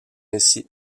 ainsi